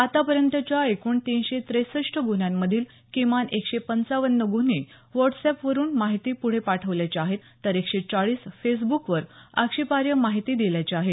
आतापर्यंतच्या एकूण तिनशे ट्रेसष्ट गुन्ह्यांमधील किमान एकशे पंचावन्न गुन्हे व्हाटसएपवरून माहिती पुढे पाठवल्याचे आहेत तर एकशे चाळीस फेसबूकवर आक्षेपार्ह माहिती दिल्याचे आहेत